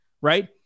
Right